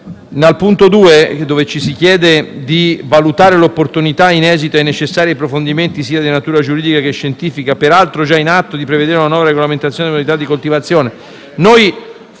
al punto 2), dove si chiede di «valutare l'opportunità, in esito ai necessari approfondimenti sia di natura giuridica che scientifica, peraltro già in atto, di prevedere una nuova regolamentazione delle modalità di coltivazione e